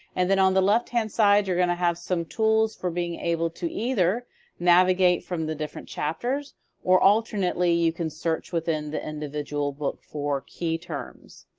and then on the left-hand side you're gonna have some tools for being able to either navigate from the different chapters or alternately you can search within the individual book for key terms.